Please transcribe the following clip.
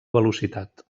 velocitat